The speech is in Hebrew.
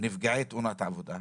נפגעי תאונות עבודה,